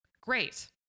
Great